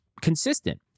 consistent